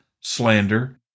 slander